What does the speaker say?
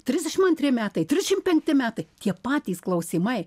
trisdešim antri metai trisšim penkti metai tie patys klausymai